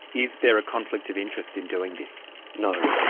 is there a conflict of interest in doing this? no.